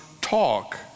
talk